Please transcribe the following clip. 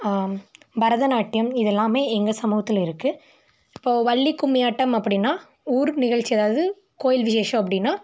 பரதநாட்டியம் இதெல்லாமே எங்கள் சமூகத்தில் இருக்குது இப்போ வள்ளி கும்மி ஆட்டம் அப்படின்னா ஊர் நிகழ்ச்சி அதாவது கோவில் விஷேசம் அப்படின்னா